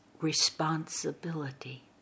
Responsibility